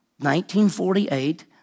1948